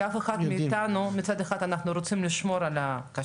כי אף אחד מאיתנו מצד אחד אנחנו רוצים לשמור על הכשרות,